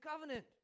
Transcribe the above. covenant